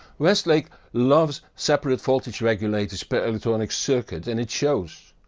westlake loves separate voltage regulators per electronic circuits and it shows.